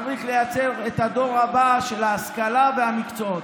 צריך לייצר את הדור הבא של ההשכלה והמקצועות.